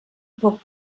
poc